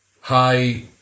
hi